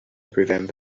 prevent